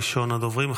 ראשון הדוברים,